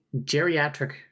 geriatric